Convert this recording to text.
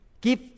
give